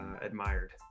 admired